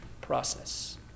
process